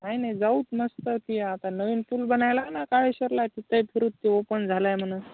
नाही नाही जाऊ तर मस्त ती आता नवीन पूल बनायला आहे ना काळेश्ववरला आहे तिथे फिरू ते ओपन झालं आहे म्हणून